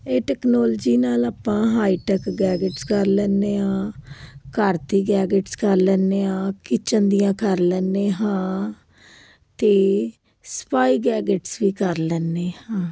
ਇਹ ਟੈਕਨੋਲਜੀ ਨਾਲ ਆਪਾਂ ਹਾਈਟੈਕ ਗੈਗਟਸ ਕਰ ਲੈਂਦੇ ਹਾਂ ਘਰ 'ਤੇ ਗੈਗਟਸ 'ਚ ਕਰ ਲੈਂਦੇ ਹਾਂ ਕਿਚਨ ਦੀਆਂ ਕਰ ਲੈਂਦੇ ਹਾਂ ਅਤੇ ਸਫਾਈ ਗੈਗਟਸ ਵੀ ਕਰ ਲੈਂਦੇ ਹਾਂ